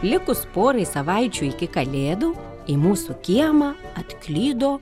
likus porai savaičių iki kalėdų į mūsų kiemą atklydo